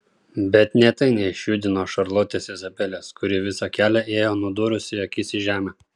bet nė tai neišjudino šarlotės izabelės kuri visą kelią ėjo nudūrusi akis į žemę